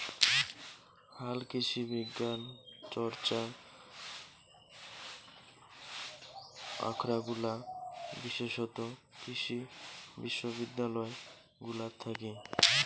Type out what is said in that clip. হালকৃষিবিজ্ঞান চর্চা আখরাগুলা বিশেষতঃ কৃষি বিশ্ববিদ্যালয় গুলাত থাকি